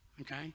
okay